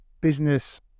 business